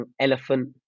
elephant